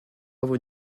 vous